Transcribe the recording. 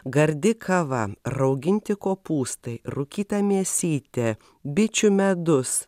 gardi kava rauginti kopūstai rūkyta mėsytė bičių medus